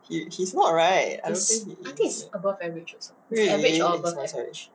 he~ he's not right I don't see really eh sorry sorry